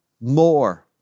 more